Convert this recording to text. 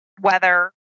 weather